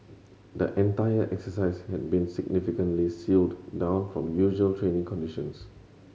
the entire exercise had been significantly sealed down from usual training conditions